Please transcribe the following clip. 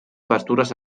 pastures